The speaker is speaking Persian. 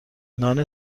نان